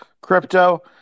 crypto